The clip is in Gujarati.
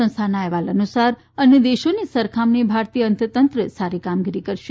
સંસ્થાના અહેવાલ અનુસાર અન્ય દેશોની સરખામણીએ ભારતીય અર્થતંત્ર સારી કામગીરી કરશે